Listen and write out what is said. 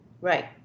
Right